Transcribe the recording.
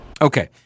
Okay